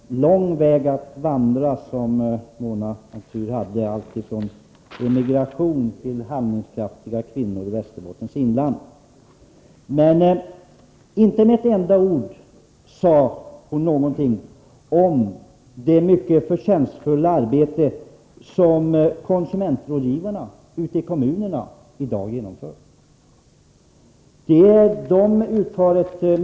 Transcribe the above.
Herr talman! Det var en lång väg att vandra som Mona Saint Cyr hade, alltifrån emigration till handlingskraftiga kvinnor i Västerbottens inland. Men inte med ett enda ord sade hon någonting om det mycket förtjänstfulla, tålmodiga och fina arbete som konsumentrådgivarna ute i kommunerna i dag utför.